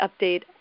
update